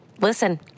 Listen